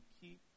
keep